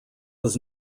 was